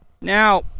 now